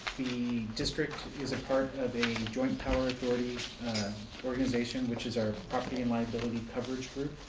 the district is a part of a joint power authority organization which is our property and liability coverage group.